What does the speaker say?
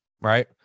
right